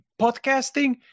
podcasting